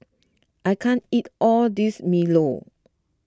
I can't eat all this Milo